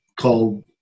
called